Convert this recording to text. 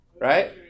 Right